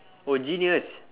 oh genius